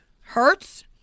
Hurts